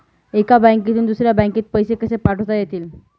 एका बँकेतून दुसऱ्या बँकेत पैसे कसे पाठवता येतील?